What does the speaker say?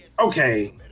okay